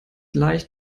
leicht